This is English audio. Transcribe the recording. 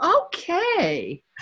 okay